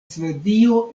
svedio